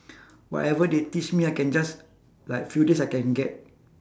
whatever they teach me I can just like few days I can get